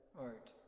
art